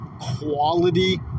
quality